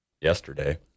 yesterday